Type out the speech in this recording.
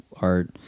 art